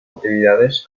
actividades